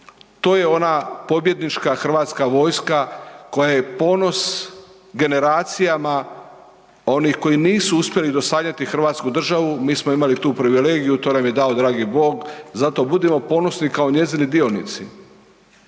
to je ona pobjednička HV koja je ponos generacijama onih koji nisu uspjeli dosanjati hrvatsku državu, mi smo imali tu privilegiju, to nam je dao dragi Bog, zato budimo ponosni kao njezini dionici.